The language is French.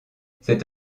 cette